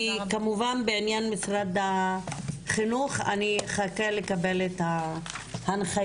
וכמובן בעניין משרד החינוך אני אחכה לקבל את ההנחיות